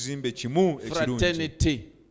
Fraternity